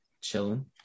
chilling